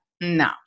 no